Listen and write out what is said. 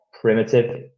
primitive